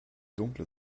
dunkle